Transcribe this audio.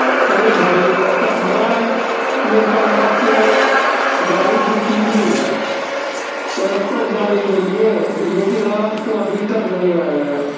ارے بھائی میں کا میں نے کل آپ کو گاڑی بک کی تھی ائیرپوٹ جانے کے لیے لیکن آپ تو ابھی تک نہیں آئے یا